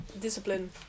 discipline